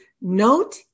note